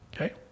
Okay